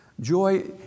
Joy